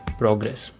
progress